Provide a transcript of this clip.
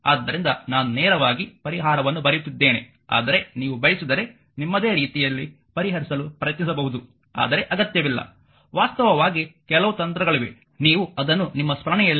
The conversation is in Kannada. ಆದ್ದರಿಂದ ನಾನು ನೇರವಾಗಿ ಪರಿಹಾರವನ್ನು ಬರೆಯುತ್ತಿದ್ದೇನೆ ಆದರೆ ನೀವು ಬಯಸಿದರೆ ನಿಮ್ಮದೇ ರೀತಿಯಲ್ಲಿ ಪರಿಹರಿಸಲು ಪ್ರಯತ್ನಿಸಬಹುದು ಆದರೆ ಅಗತ್ಯವಿಲ್ಲ ವಾಸ್ತವವಾಗಿ ಕೆಲವು ತಂತ್ರಗಳಿವೆ ನೀವು ಅದನ್ನು ನಿಮ್ಮ ಸ್ಮರಣೆಯಲ್ಲಿ ಇಡಬಹುದು